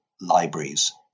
libraries